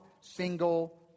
single